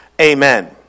amen